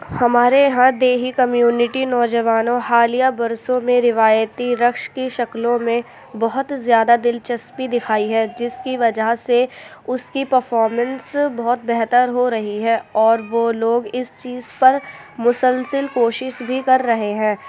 ہمارے یہاں دیہی کمیونیٹی نوجوانوں حالیہ برسوں میں روایتی رقص کی شکلوں میں بہت زیادہ دلچسپی دکھائی ہے جس کی وجہ سے اس کی پرفارمنس بہت بہتر ہو رہی ہے اور وہ لوگ اس چیز پر مسلسل کوشش بھی کر رہے ہیں